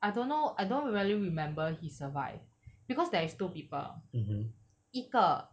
I don't know I don't really remember he survive because there is two people 一个